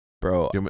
bro